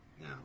No